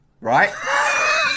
right